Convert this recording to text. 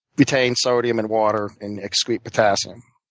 retain sodium and water, and excrete potassium.